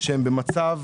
שהם במצב